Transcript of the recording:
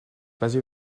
busy